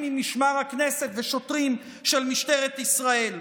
ממשמר הכנסת ושוטרים של משטרת ישראל.